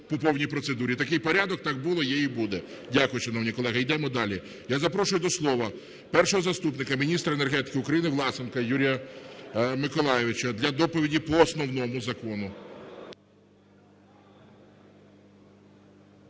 Такий порядок, так було, є і буде. Дякую, шановні колеги. Йдемо далі. Я запрошую до слова першого заступника міністра енергетики України Власенка Юрія Миколайовича для доповіді по основному закону.